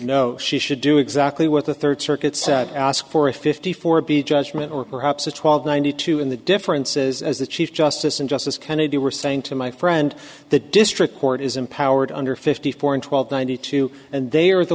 know she should do exactly what the third circuit said ask for a fifty four b judgment or perhaps a twelve ninety two in the differences as the chief justice and justice kennedy were saying to my friend the district court is empowered under fifty four and twelve ninety two and they are the